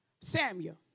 Samuel